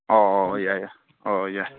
ꯑꯣ ꯑꯣ ꯌꯥꯏ ꯌꯥꯏ ꯑꯣ ꯑꯣ ꯌꯥꯏ